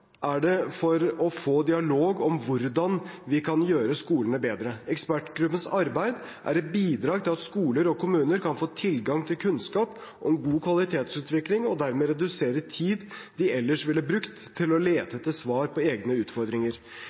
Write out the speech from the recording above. er det for å få dialog om hvordan vi kan gjøre skolene bedre. Ekspertgruppens arbeid er et bidrag til at skoler og kommuner kan få tilgang til kunnskap om god kvalitetsutvikling og dermed redusere tid de ellers ville ha brukt til å lete etter svar på egne utfordringer.